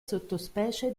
sottospecie